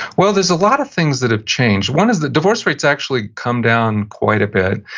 well, there's a lot of things that have changed. one is, the divorce rate's actually come down quite a bit,